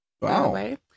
Wow